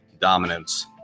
dominance